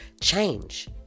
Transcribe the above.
change